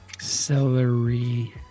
Celery